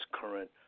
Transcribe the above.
current